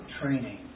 training